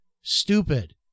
stupid